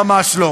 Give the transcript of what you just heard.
ממש לא.